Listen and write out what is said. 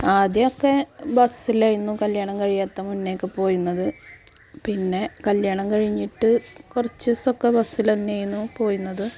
ആദ്യമൊക്കെ ബസ്സിലായിരുന്നു കല്ല്യാണം കഴിയാത്ത മുന്നെയൊക്കെ പോയിരുന്നത് പിന്നെ കല്ല്യാണം കഴിഞ്ഞിട്ട് കുറച്ചു ദിവസമൊക്കെ ബസ്സിൽ തന്നെയായിരുന്നു പോയിരുന്നത്